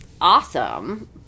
awesome